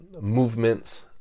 movements